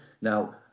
Now